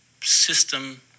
system